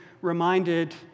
reminded